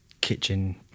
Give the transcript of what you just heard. kitchen